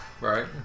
Right